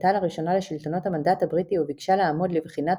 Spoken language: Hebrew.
כשפנתה לראשונה לשלטונות המנדט הבריטי וביקשה לעמוד לבחינת